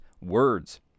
words